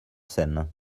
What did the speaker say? seine